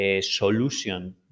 solution